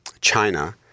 China